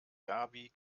gaby